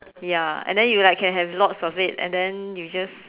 ya and then you like can have like lots of it and then you just